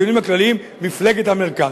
הכלליים, מפלגת המרכז".